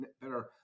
better